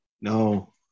No